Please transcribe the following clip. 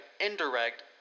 indirect